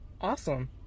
awesome